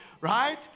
right